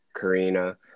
Karina